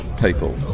people